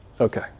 Okay